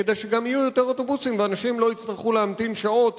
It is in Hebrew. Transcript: כדי שגם יהיו יותר אוטובוסים ואנשים לא יצטרכו להמתין שעות